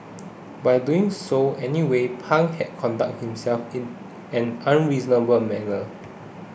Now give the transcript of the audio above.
by doing so anyway Pang had conducted himself in an unreasonable manner